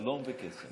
שלום וקסם.